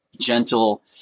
gentle